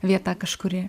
vieta kažkuri